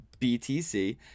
BTC